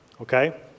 Okay